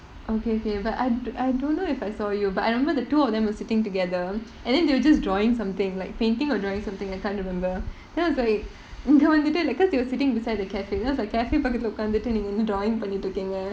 okay okay but I I don't know if I saw you but I remember the two of them were sitting together and then they just drawing something like painting or drawing something I can't remember then I was like like because they were sitting beside the cafe there was a cafe பக்கத்துல உக்காந்துட்டு நீங்க:pakkathula ukkaanthuttu neenga drawing பண்ணிக்கிட்டு இருக்கீங்க:pannikittu irukkeenga